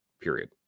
period